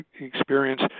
experience